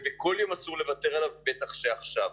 בכל יום אסור לוותר עליו, ובטח שעכשיו לא.